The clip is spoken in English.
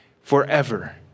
forever